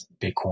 Bitcoin